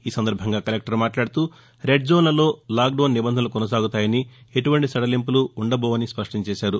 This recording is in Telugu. ఈ సందర్భంగా కలక్టర్ మాట్లాడుతూ రెడ్ జోన్లలో లాక్డౌన్ నిబంధనలు కొనసాగుతాయని ఎటువంటి సడలింపులు ఉండటోవని స్పష్టం చేశారు